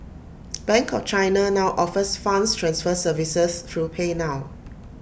bank of China now offers funds transfer services through PayNow